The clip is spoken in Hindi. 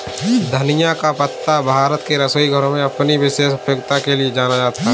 धनिया का पत्ता भारत के रसोई घरों में अपनी विशेष उपयोगिता के लिए जाना जाता है